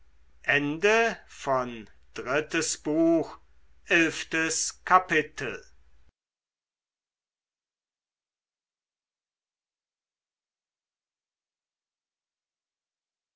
drittes buch erstes kapitel